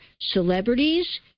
celebrities